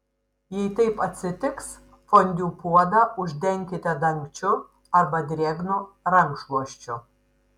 jei taip atsitiks fondiu puodą uždenkite dangčiu arba drėgnu rankšluosčiu